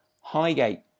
Highgate